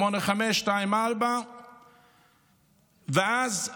8524. ואז,